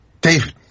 David